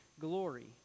glory